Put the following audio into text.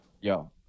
Yo